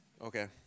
Okay